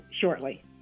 shortly